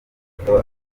ifoto